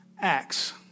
acts